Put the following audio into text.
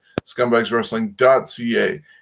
scumbagswrestling.ca